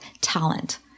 talent